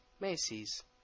Macy's